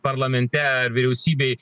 parlamente vyriausybėj